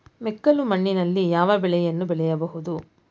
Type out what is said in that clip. ಮೆಕ್ಕಲು ಮಣ್ಣಿನಲ್ಲಿ ಯಾವ ಬೆಳೆಯನ್ನು ಬೆಳೆಯಬಹುದು?